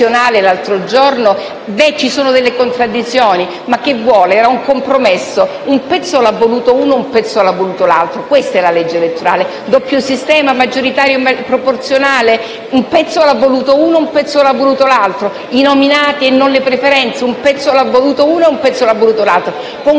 maniera indecente: beh, ci sono delle contraddizioni, ma che vuole? Era un compromesso: un pezzo l'ha voluto uno e un pezzo l'ha voluto l'altro. Questa è la legge elettorale. Doppio sistema, maggioritario e proporzionale? Un pezzo l'ha voluto uno e un pezzo l'ha voluto l'altro. I nominati e non le preferenze? Un pezzo l'ha voluto uno e un pezzo l'ha voluto l'altro. Con